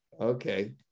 Okay